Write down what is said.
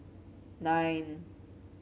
nine